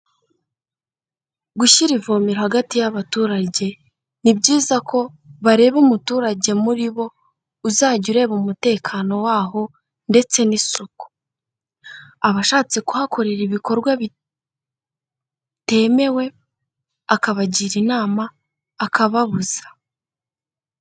Gushyira ivomeraro hagati y'abaturage, ni byiza ko bareba umuturage muri bo uzajya ureba umutekano waho ndetse n'isuku, abashatse kuhakorera ibikorwa bitemewe akabagira inama, akababuza.